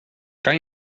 kan